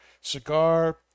cigar